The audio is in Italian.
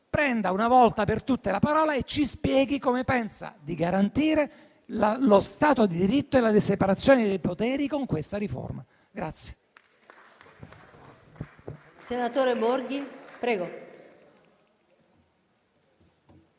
prenda una volta per tutte la parola e ci spieghi come pensa di garantire lo Stato di diritto e la separazione dei poteri con questa riforma.